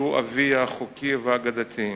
שהוא אביה החוקי והאגדתי.